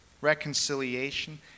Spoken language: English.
reconciliation